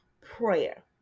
prayer